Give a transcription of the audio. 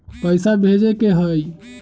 पैसा भेजे के हाइ?